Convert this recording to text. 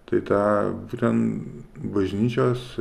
tai tą pren bažnyčios